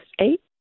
eight